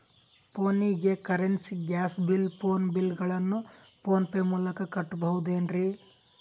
ಫೋನಿಗೆ currency, gas bill, phone bill ಗಳನ್ನು PhonePe ಮೂಲಕ ಕಟ್ಟಬಹುದೇನ್ರಿ?